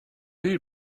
you